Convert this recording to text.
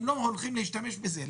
הם לא הולכים להשתמש בזה.